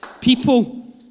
People